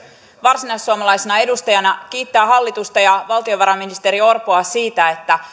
varsinaissuomalaisena edustajana kiittää hallitusta ja valtiovarainministeri orpoa siitä että